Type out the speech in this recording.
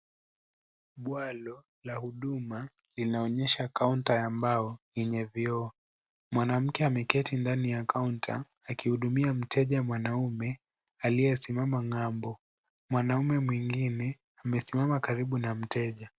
Bwalo la huduma linaonyesha kaunta ya mbao yenye vioo. Mwanamke ameketi ndani ya kaunta akihudumia mteja mwanamume aliyesimama ng'ambo. Mwanamume mwingine amesimama karibu na mteja.